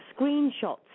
screenshots